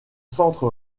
centre